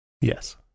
Yes